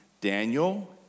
Daniel